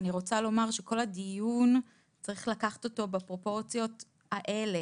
אני רוצה לומר שאת כל הדיון צריך לקחת בפרופורציות האלה.